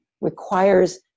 requires